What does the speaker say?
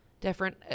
different